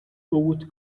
oat